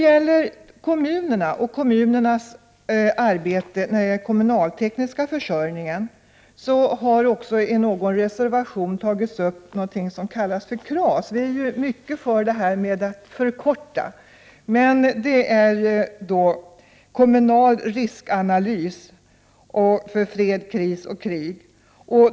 Beträffande kommunerna och kommunernas arbete med de kommunaltekniska försörjningen har det i någon reservation tagits upp någonting som kallas för KRAS-projektet — vi är ju mycket för det här med förkortningar — vilket innebär kommunal riskanalys för fred, kris och krig.